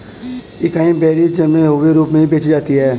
acai berries जमे हुए रूप में भी बेची जाती हैं